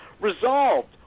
resolved